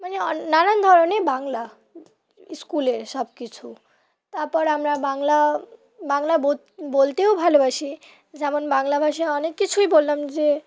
মানে নানান ধরনের বাংলা স্কুলের সব কিছু তাপ্পর আমরা বাংলা বাংলা বোত বলতেও ভালোবাসি যেমন বাংলা ভাষায় অনেক কিছুই বললাম যে